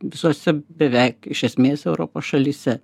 visose beveik iš esmės europos šalyse